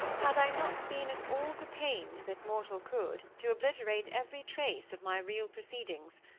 had i not been at all the pains that mortal could to obliterate every trace of my real proceedings,